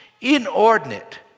inordinate